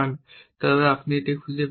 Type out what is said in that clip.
তবে আপনি এটি খুঁজে পেতে পারেন